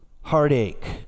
heartache